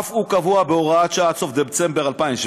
אף הוא קבוע בהוראת שעה עד סוף דצמבר 2017